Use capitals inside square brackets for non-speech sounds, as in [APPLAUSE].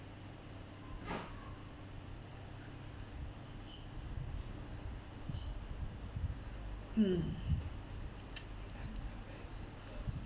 mm [NOISE]